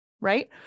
right